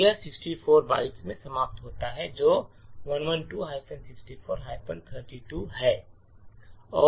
तो यह 64 बाइट्स में समाप्त होता है जो 112 64 32 है